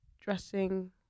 dressing